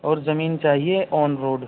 اور زمین چاہیے آن روڈ